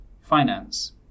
finance